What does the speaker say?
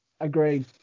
Agreed